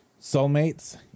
soulmates